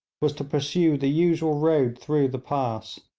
was to pursue the usual road through the pass.